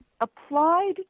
applied